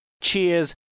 Cheers